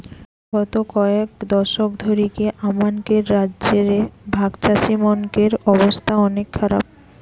গত কয়েক দশক ধরিকি আমানকের রাজ্য রে ভাগচাষীমনকের অবস্থা অনেক খারাপ